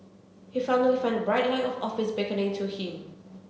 he finally found the bright light of office beckoning to him